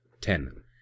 ten